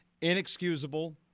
inexcusable